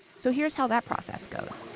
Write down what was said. so here's how that process goes.